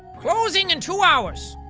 closing in two hours.